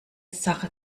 sache